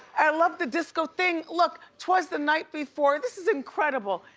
i love the disco thing, look twas the night before, this is incredible,